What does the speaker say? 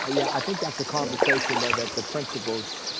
ah yeah i think that's a conversation though that the principals